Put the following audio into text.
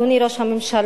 אדוני ראש הממשלה,